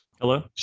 Hello